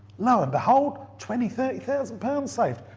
lo and behold twenty thirty thousand pound saved.